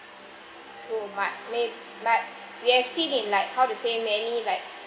true but may but we have seen in like how to say many like